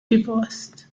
divorced